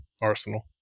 Arsenal